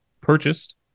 purchased